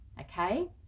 okay